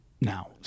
now